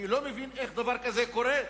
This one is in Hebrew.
אני לא מבין איך דבר כזה קורה,